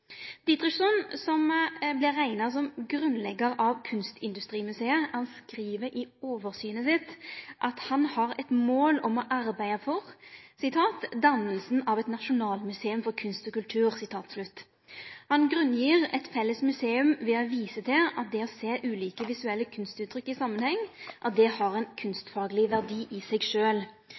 som vert rekna som grunnleggjar av Kunstindustrimuseet, skriv i oversynet sitt at han har eit mål om å arbeide for «Dannelsen av et nationalmuseum for kunst og kultur.» Han grunngjev eit felles museum ved å vise til at det å sjå ulike visuelle kunstuttrykk i samanheng har ein kunstfagleg verdi i seg